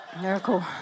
miracle